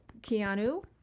Keanu